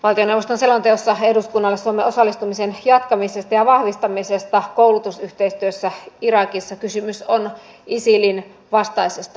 valtioneuvoston selonteossa eduskunnalle suomen osallistumisen jatkamisesta ja vahvistamisesta koulutusyhteystyössä irakissa kysymys on isilin vastaisesta taistelusta